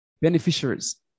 beneficiaries